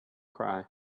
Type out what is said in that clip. cry